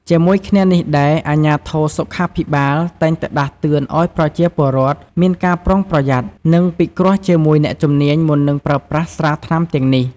ជាមួយគ្នានេះដែរ អាជ្ញាធរសុខាភិបាលតែងតែដាស់តឿនឲ្យប្រជាពលរដ្ឋមានការប្រុងប្រយ័ត្ន និងពិគ្រោះជាមួយអ្នកជំនាញ មុននឹងប្រើប្រាស់ស្រាថ្នាំទាំងនេះ។